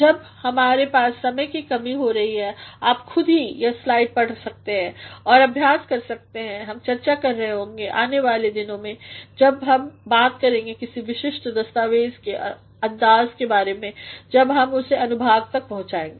जब हमारे पास समय की कमी हो रही है आप खुद ही यह स्लाइड पढ़ सकते हैं और अभ्यास कर सकते हैं हम चर्चा कर रहे होंगे आगे आने वाले दिनों में जब हम बात करेंगे किसी विशिष्ट दस्तावेज़ के अंदाज़ के बारे में जब हम उस अनुभाग तक पहुंचेगे